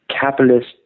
capitalist